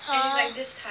!huh!